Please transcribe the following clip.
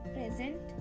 Present